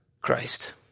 Christ